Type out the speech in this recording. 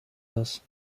das